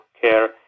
care